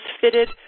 fitted